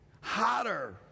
hotter